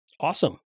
Awesome